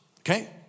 okay